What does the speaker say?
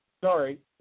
Sorry